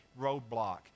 roadblock